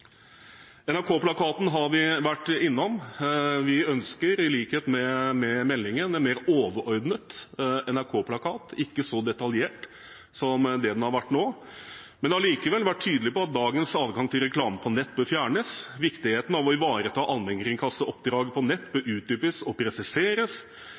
Vi har vært innom NRK-plakaten. Vi ønsker, i likhet med meldingen, en mer overordnet NRK-plakat, ikke så detaljert som det den har vært nå. Men vi har allikevel vært tydelige på – i en ny NRK-plakat – at dagens adgang til reklame på nett bør fjernes, at viktigheten av å ivareta allmennkringkasteroppdraget på nett